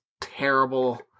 terrible